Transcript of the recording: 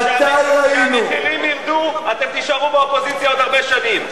כשהמחירים ירדו אתם תישארו באופוזיציה עוד הרבה שנים.